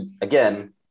again